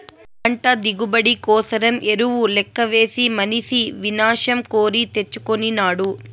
పంట దిగుబడి కోసరం ఎరువు లెక్కవేసి మనిసి వినాశం కోరి తెచ్చుకొనినాడు